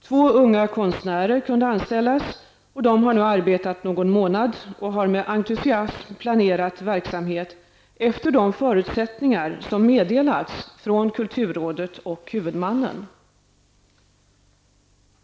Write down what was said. Två unga konstnärer kunde anställas, och de har nu arbetat någon månad och har med entusiasm planerat verksamhet efter de förutsättningar som meddelats från kulturrådet och huvudmannen.